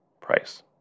price